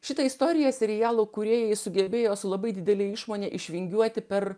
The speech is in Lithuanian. šitą istoriją serialo kūrėjai sugebėjo su labai didele išmone išvingiuoti per